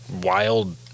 wild